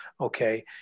okay